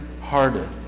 hearted